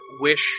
wish